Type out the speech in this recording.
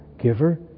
giver